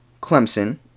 Clemson